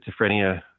schizophrenia